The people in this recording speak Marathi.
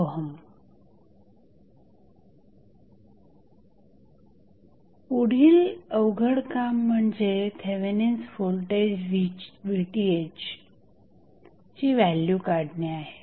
RTh236।।125612189 पुढील अवघड काम म्हणजे थेवेनिन्स व्होल्टेज VTh ची व्हॅल्यू काढणे आहे